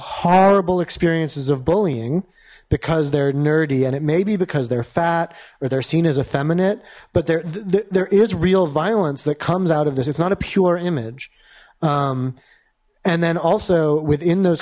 horrible experiences of bullying because they're nerdy and it may be because they're fat or they're seen as effeminate but there there is real violence that comes out of this it's not a pure image and then also within those